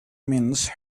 mince